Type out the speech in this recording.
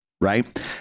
right